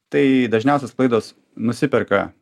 tai dažniausios klaidos nusiperka